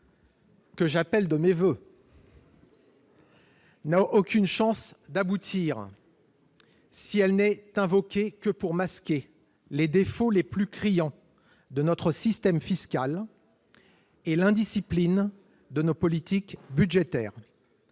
que j'appelle de mes voeux, n'a aucune chance d'aboutir si elle n'est invoquée que pour masquer les défauts les plus criants de notre système fiscal et l'indiscipline de nos politiques budgétaires.